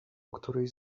któryś